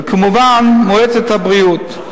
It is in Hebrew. וכמובן מועצת הבריאות.